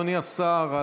אדוני השר,